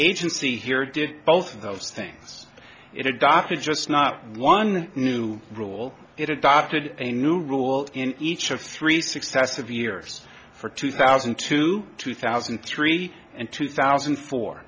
agency here did both of those things it adopted just not one new rule it adopted a new rule in each of three successive years for two thousand and two two thousand and three and two thousand and four